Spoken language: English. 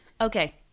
Okay